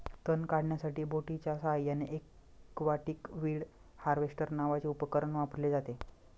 तण काढण्यासाठी बोटीच्या साहाय्याने एक्वाटिक वीड हार्वेस्टर नावाचे उपकरण वापरले जाते